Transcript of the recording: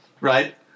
Right